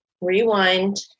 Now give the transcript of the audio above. Rewind